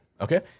Okay